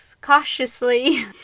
cautiously